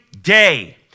day